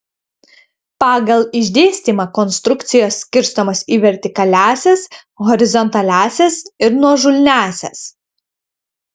pagal išdėstymą konstrukcijos skirstomos į vertikaliąsias horizontaliąsias ir nuožulniąsias